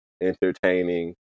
entertaining